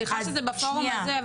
סליחה שזה בפורום הזה,